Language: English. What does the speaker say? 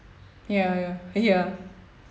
ya ya ya